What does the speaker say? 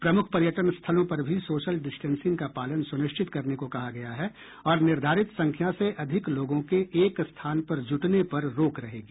प्रमुख पर्यटन स्थलों पर भी सोशल डिस्टेंसिंग का पालन सुनिश्चित करने को कहा गया है और निर्धारित संख्या से अधिक लोगों के एक स्थान पर जुटने पर रोक रहेगी